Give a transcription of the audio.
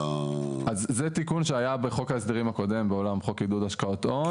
אז זה תיקון שהיה בחוק ההסדרים הקודם בעולם חוק עידוד השקעות הון.